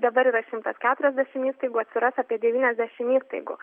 dabar yra šimtas keturiasdešim įstaigų atsiras apie devyniasdešim įstaigų